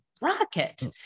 rocket